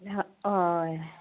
অঁ হয়